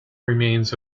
remains